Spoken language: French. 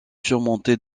surmontée